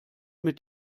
mit